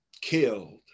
killed